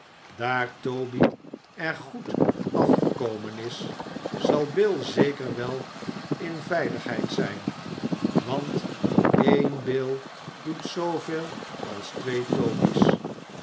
daar toby er goed afgekomen is zal bill zeker wel in veiligheid zijn want één bill doet zooveel als twee toby's